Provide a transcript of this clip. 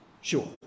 sure